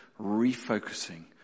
refocusing